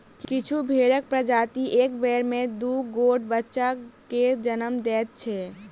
किछु भेंड़क प्रजाति एक बेर मे दू गोट बच्चा के जन्म दैत छै